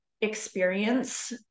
experience